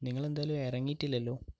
നിങ്ങളെന്തായാലും ഇറങ്ങീട്ടില്ലല്ലോ